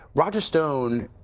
roger stone